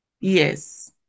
Yes